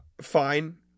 fine